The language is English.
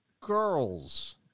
girls